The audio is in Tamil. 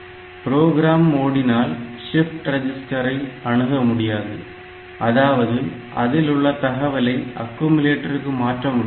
ப்ரோக்ராம் மோடினால் ஷிப்ட் ரெஜிஸ்டரை அணுகமுடியாது அதாவது அதில் உள்ள தகவலை அக்குமுலட்டருக்கு மாற்ற முடியாது